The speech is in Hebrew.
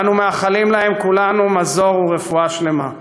ואנו מאחלים להם כולנו מזור ורפואה שלמה.